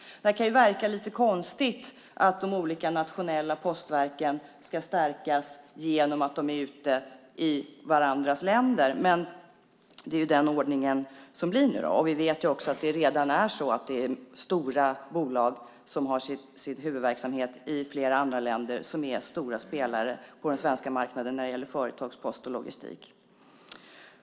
Det kan verka lite konstigt att de olika nationella postverken ska stärkas genom att vara ute i varandras länder. Det är den ordning som blir. Vi vet att det redan är så att stora bolag har sin huvudverksamhet i andra länder och är stora spelare på den svenska marknaden när det gäller företagspost och logistik.